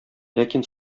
ләкин